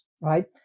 right